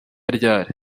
ryari